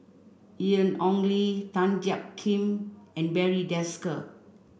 Ian Ong Li Tan Jiak Kim and Barry Desker